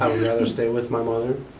rather stay with my mother,